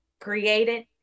created